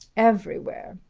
everywhere.